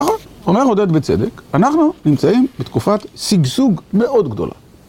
נכון, אומר עודד בצדק, אנחנו נמצאים בתקופת שגשוג מאוד גדולה.